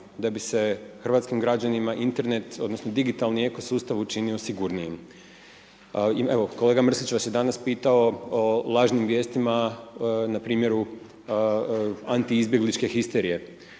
da bi se hrvatskim građanima Internet odnosno digitalni ekosustav učinio sigurnijim, evo kolega Mrsić vas je danas pitao o lažnim vijestima na primjeru antiizbjegličke histerije